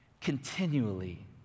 continually